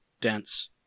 dense